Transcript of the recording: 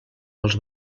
els